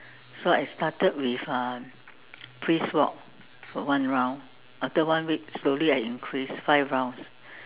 so I started with uh brisk walk for one round after one week slowly I increase five round